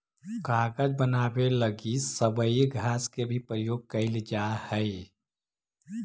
कागज बनावे लगी सबई घास के भी प्रयोग कईल जा हई